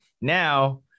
Now